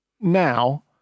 now